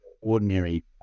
ordinary